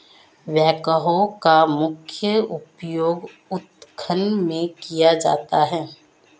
backhoe का मुख्य उपयोग उत्खनन में किया जाता है